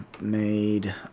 made